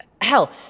Hell